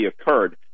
occurred